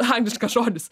angliškas žodis